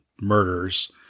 murders